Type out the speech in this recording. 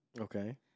Okay